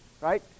right